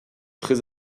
très